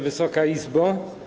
Wysoka Izbo!